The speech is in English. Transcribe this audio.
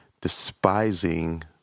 despising